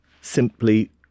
simply